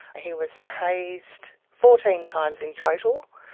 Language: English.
he was tasered fourteen times in total.